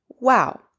wow